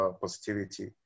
positivity